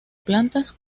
plantas